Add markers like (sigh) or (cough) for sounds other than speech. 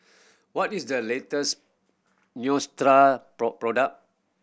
what is the latest Neostrata (unintelligible) product